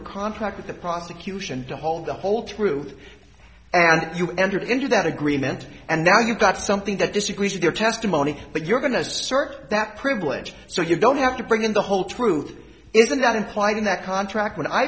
a contract with the prosecution to hold the whole truth and you entered into that agreement and now you've got something that disagrees with your testimony but you're going to assert that privilege so you don't have to bring in the whole truth isn't that implied in that contract when i